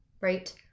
right